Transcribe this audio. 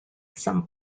some